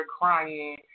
crying